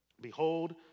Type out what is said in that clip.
Behold